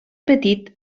petit